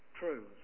true